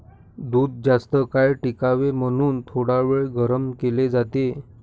दूध जास्तकाळ टिकावे म्हणून थोडावेळ गरम केले जाते